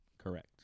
Correct